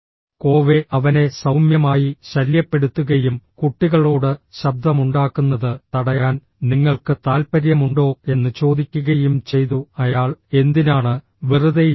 കോവെ അവനെ സൌമ്യമായി ശല്യപ്പെടുത്തുകയും കുട്ടികളോട് ശബ്ദമുണ്ടാക്കുന്നത് തടയാൻ നിങ്ങൾക്ക് താൽപ്പര്യമുണ്ടോ എന്ന് ചോദിക്കുകയും ചെയ്തു അയാൾ എന്തിനാണ് വെറുതെ ഇരിക്കുന്നത്